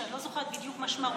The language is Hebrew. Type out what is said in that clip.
שאני לא זוכרת בדיוק מה שמה,